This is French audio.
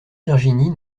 virginie